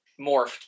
morphed